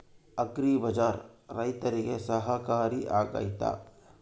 Agri ಬಜಾರ್ ರೈತರಿಗೆ ಸಹಕಾರಿ ಆಗ್ತೈತಾ?